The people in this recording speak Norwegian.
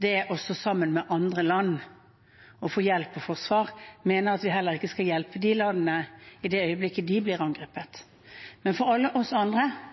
det er å stå sammen med andre land og få hjelp og forsvar, mener at vi heller ikke skal hjelpe de landene i det øyeblikket de blir angrepet. Men alle vi andre